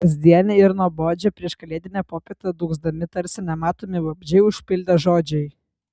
kasdienę ir nuobodžią prieškalėdinę popietę dūgzdami tarsi nematomi vabzdžiai užpildė žodžiai